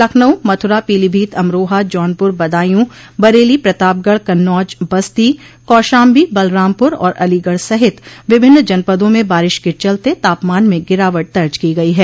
लखनऊ मथ्रा पीलीभीत अमरोहा जौनपुर बदायूं बरेली प्रतापगढ़ कन्नौज बस्ती कौशाम्बी बलरामपुर आर अलीगढ़ सहित विभिन्न जनपदों में बारिश के चलते तापमान में गिरावट दर्ज की गई है